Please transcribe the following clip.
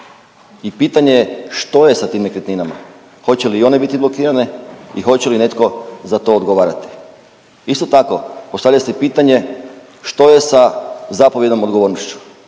I pitanje je što je sa tim nekretninama? Hoće li i one biti blokirane i hoće li netko za to odgovarati? Isto tako postavlja se pitanje što je sa zapovjednom odgovornošću?